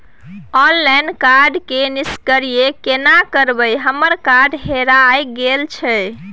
Online card के निष्क्रिय केना करबै हमर कार्ड हेराय गेल छल?